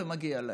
ומגיע להם.